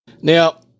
Now